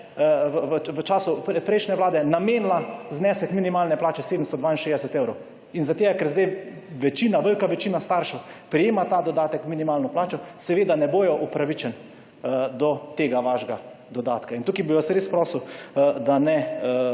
v času prejšnje vlade namenila znesek minimalne plače 762 evrov. In zaradi tega, ker zdaj velika večina staršev prejema to minimalno plačo, ne bodo upravičeni do tega vašega dodatka. In tu bi vas res prosil, da ne